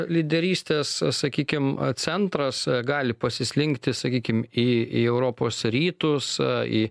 lyderystės sakykim centras gali pasislinkti sakykim į į europos rytus į